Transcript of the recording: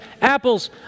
apples